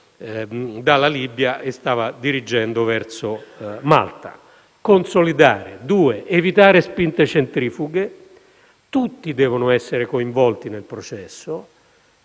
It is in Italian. dalla Libia e si stava dirigendo verso Malta. In secondo luogo, occorre evitare spinte centrifughe. Tutti devono essere coinvolti nel processo.